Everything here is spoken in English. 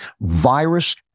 virus